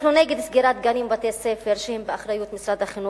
אנחנו נגד סגירת גנים ובתי-ספר שהם באחריות משרד החינוך.